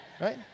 right